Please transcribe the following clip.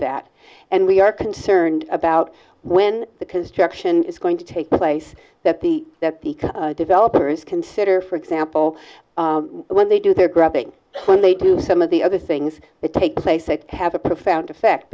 that and we are concerned about when the construction is going to take place that the that the developers consider for example when they do their grabbing when they do some of the other things that take place that have a profound effect